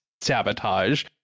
sabotage